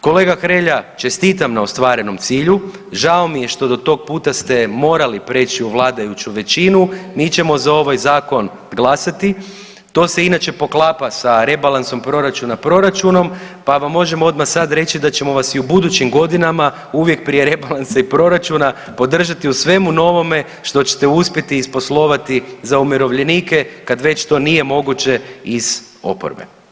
Kolega Hrelja čestitam na ostvarenom cilju, žao mi je do tog puta ste morali preći u vladajuću većinu, mi ćemo za ovaj Zakon glasati, to se inače poklapa sa rebalansom proračuna, proračunom, pa vam možemo odmah sad reći da ćemo vas i u budućim godinama uvijek prije rebalansa i proračuna podržati u svemu novome što ćete uspjeti isposlovati za umirovljenike, kad već to nije moguće iz oporbe.